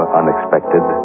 unexpected